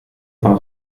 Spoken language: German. von